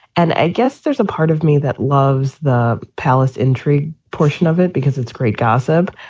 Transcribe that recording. and i guess there's a part of me that loves the palace intrigue portion of it, because it's great gossip.